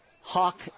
hawk